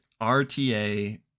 RTA